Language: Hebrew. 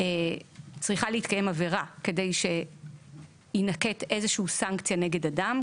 צריכה להתקיים עבירה כדי שיינקט איזושהי סנקציה נגד אדם.